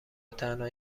وتنها